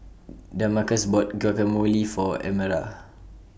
Damarcus bought Guacamole For Amara